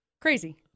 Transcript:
Crazy